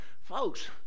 folks